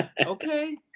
Okay